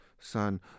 son